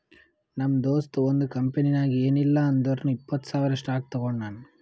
ನಮ್ ದೋಸ್ತ ಒಂದ್ ಕಂಪನಿನಾಗ್ ಏನಿಲ್ಲಾ ಅಂದುರ್ನು ಇಪ್ಪತ್ತ್ ಸಾವಿರ್ ಸ್ಟಾಕ್ ತೊಗೊಂಡಾನ